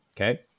okay